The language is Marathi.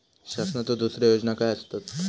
शासनाचो दुसरे योजना काय आसतत?